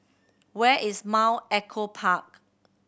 where is Mount Echo Park